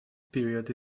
period